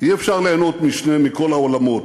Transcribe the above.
אי-אפשר ליהנות מכל העולמות,